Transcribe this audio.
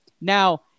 Now